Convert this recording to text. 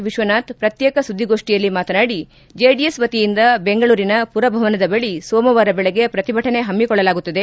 ವಿಶ್ವನಾಥ್ ಪ್ರತ್ಯೇಕ ಸುದ್ದಿಗೋಷ್ಠಿಯಲ್ಲಿ ಮಾತನಾಡಿ ಜೆಡಿಎಸ್ ವತಿಯಿಂದ ಬೆಂಗಳೂರಿನ ಮರಭವನದ ಬಳಿ ಸೋಮವಾರ ಬೆಳಗ್ಗೆ ಪ್ರತಿಭಟನೆ ಹಮ್ಮಿಕೊಳ್ಳಲಾಗುತ್ತದೆ